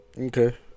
Okay